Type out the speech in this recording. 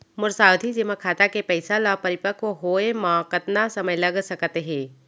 मोर सावधि जेमा खाता के पइसा ल परिपक्व होये म कतना समय लग सकत हे?